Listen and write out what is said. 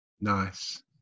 Nice